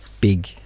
big